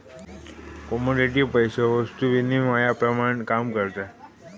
commodity पैसो वस्तु विनिमयाप्रमाण काम करता